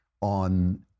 on